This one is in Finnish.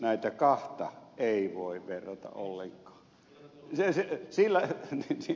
näitä kahta ei voi verrata ollenkaan